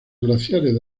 glaciares